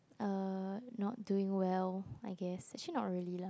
uh not doing well I guess actually not really lah